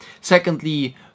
Secondly